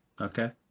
okay